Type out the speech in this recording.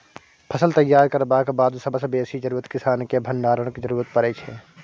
फसल तैयार करबाक बाद सबसँ बेसी जरुरत किसानकेँ भंडारणक जरुरत परै छै